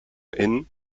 inn